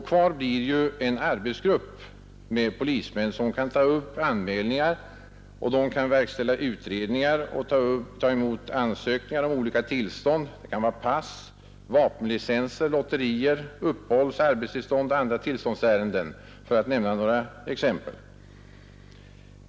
Kvar blir ju en arbetsgrupp med polismän som kan ta upp anmälningar, verkställa utredningar och ta emot ansökningar om olika tillstånd, pass, vapenlicens, lotterier, uppehållsoch arbetstillstånd och andra tillståndsärenden, för att nämna några exempel.